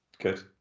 Good